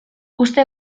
uste